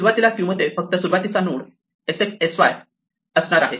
सुरुवातीला क्यू मध्ये फक्त सुरुवातीचा node sx sy start node sx sy असणार आहे